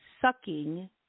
sucking